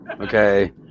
okay